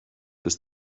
ist